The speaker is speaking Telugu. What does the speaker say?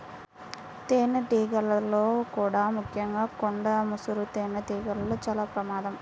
తేనెటీగల్లో కూడా ముఖ్యంగా కొండ ముసురు తేనెటీగలతో చాలా ప్రమాదం